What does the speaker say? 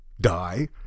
die